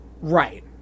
Right